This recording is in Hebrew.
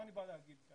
מה אני בא לומר כאן.